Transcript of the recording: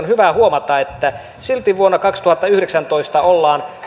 hyvä huomata että silti vuonna kaksituhattayhdeksäntoista ollaan